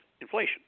inflation